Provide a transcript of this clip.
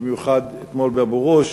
במיוחד אתמול באבו-גוש,